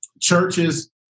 churches